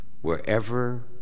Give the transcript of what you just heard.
wherever